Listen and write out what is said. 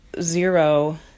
zero